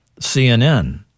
CNN